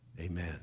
amen